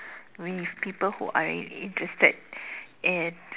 with people who I am interested in